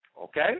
okay